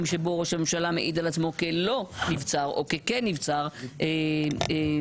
שבהם ראש הממשלה מעיד על עצמו כלא נבצר או ככן נבצר היא חשובה,